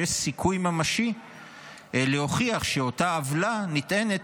שיש סיכוי ממשי להוכיח שאותה עוולה נטענת